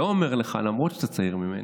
לא אומר לך, למרות שאתה צעיר ממני: